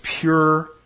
pure